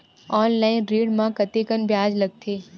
Online ऋण म कतेकन ब्याज लगथे?